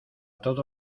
todo